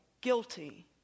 guilty